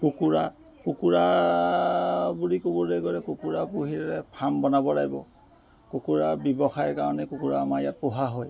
কুকুৰা কুকুৰা বুলি ক'বলৈ গ'লে কুকুৰা পুহিলে ফাৰ্ম বনাব লাগিব কুকুৰা ব্যৱসায় কাৰণে কুকুৰা আমাৰ ইয়াত পোহা হয়